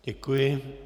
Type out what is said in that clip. Děkuji.